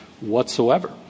whatsoever